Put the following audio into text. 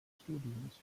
studiums